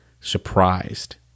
surprised